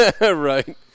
Right